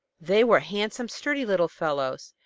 they were handsome, sturdy little fellows,